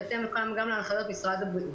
גם בהתאם להנחיות משרד הבריאות.